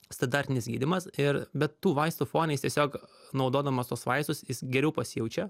standartinis gydymas ir bet tų vaistų fone jis tiesiog naudodamas tuos vaistus jis geriau pasijaučia